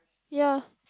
ya